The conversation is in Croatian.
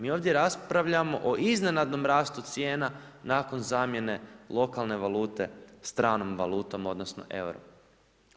Mi ovdje raspravljamo o iznenadnom rastu cijena nakon zamjene lokalne valute, stranom valutom odnosno EUR-a.